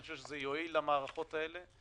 אני חושב שזה יועיל למערכות האלו.